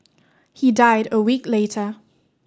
he died a week later